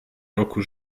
roku